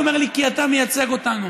הוא אומר לי: כי אתה מייצג אותנו.